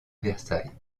versailles